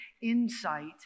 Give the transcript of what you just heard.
insight